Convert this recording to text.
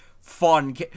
fun